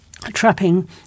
trapping